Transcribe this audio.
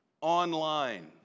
online